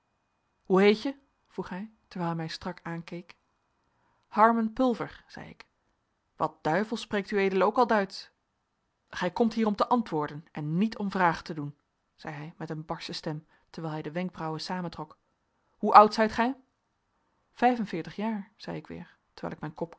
hoe heet je vroeg hij terwijl hij mij strak aankeek harmen pulver zei ik wat duivel spreekt ued ook al duitsch gij komt hier om te antwoorden en niet om vragen te doen zei hij met een barsche stem terwijl hij de wenkbrauwen samentrok hoe oud zijt gij vijf en veertig jaar zei ik weer terwijl ik mijn kop